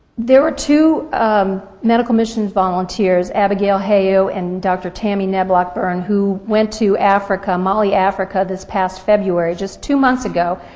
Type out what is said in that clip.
there were two medical missions volunteers, abigail hayo and dr. tammy neblock-beirne, who went to africa mali, africa this past february, just two months ago,